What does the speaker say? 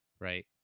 Right